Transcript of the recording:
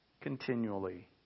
continually